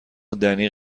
دنی